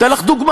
אתן לך דוגמה.